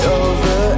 over